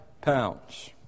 pounds